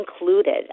included